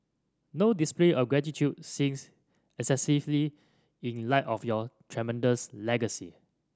no display of gratitude seems excessively in light of your tremendous legacy